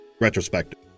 retrospective